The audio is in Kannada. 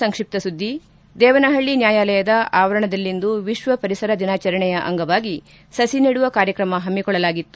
ಸಂಕ್ಷಿಪ್ತ ಸುದ್ದಿಗಳು ದೇವನಹಳ್ಳಿ ನ್ಯಾಯಾಲಯದ ಆವರಣದಲ್ಲಿಂದು ವಿಶ್ವ ಪರಿಸರ ದಿನಾಚರಣೆಯ ಅಂಗವಾಗಿ ಸಸಿ ನೆಡುವ ಕಾರ್ಯಕ್ರಮ ಹಮ್ಮಿಕೊಳ್ಳಲಾಗಿತ್ತು